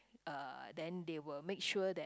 uh then they will make sure that